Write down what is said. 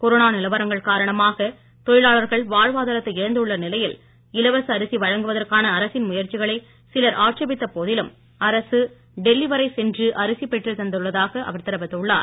corona நிலவரங்கள் காரணமாக தொழிலாளர்கள் வாழ்வாதாரத்தை இழந்துள்ள நிலையில் இலவச அரிசி வழங்குவதற்கான அரசின் முயற்சிகளை சிலர் ஆட்சேபித்த போதிலும் அரசு டெல்லி வரை சென்று அரிசி பெற்றுத் தந்துள்ளதாக அவர் தெரிவித்துள்ளார்